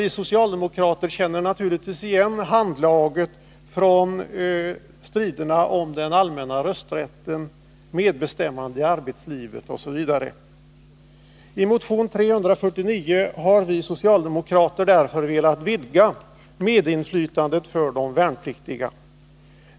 Vi socialdemokrater känner naturligtvis igen handlaget från striderna om den allmänna rösträtten, medbestämmande i arbetslivet osv. I motion 349 har vi socialdemokrater därför krävt vidgat medinflytande för de värnpliktiga.